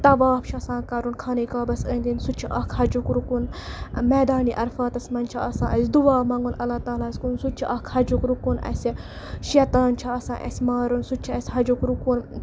طواف چھِ آسان کَرُن خانہ کعبَس أنٛدۍ أنٛدۍ سُہ تہِ چھُ اَکھ حَجُک رُکُن میدانہِ عرفاتَس منٛز چھِ آسان اَسہِ دُعا منٛگُن اللہ تعلیٰ ہَس کُن سُہ تہِ چھِ اَکھ حَجُک رُکُن اَسہِ شیطان چھِ آسان اَسہِ مارُن سُہ تہِ چھِ اَسہِ حَجُک رُکُن